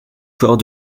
corps